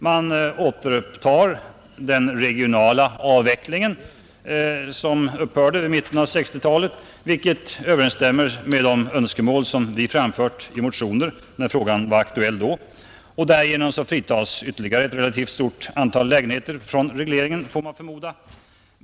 Man återupptar den regionala avveckling som upphörde vid mitten av 1960-talet, vilket överensstämmer med de önskemål vi framförde i motioner när frågan var aktuell då. Därigenom fritas ytterligare ett relativt stort antal lägenheter från regleringen, får man förmoda.